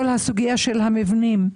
כל הסוגיה של המבנים.